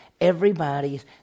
Everybody's